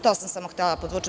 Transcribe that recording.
To sam samo htela da podvučem.